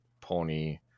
pony